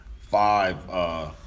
five